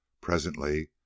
Presently